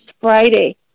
Friday